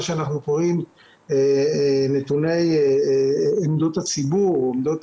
מה שאנחנו קוראים נתוני עמדות הציבור או עמדות